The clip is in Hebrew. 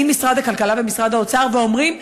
באים משרד הכלכלה ומשרד האוצר ואומרים: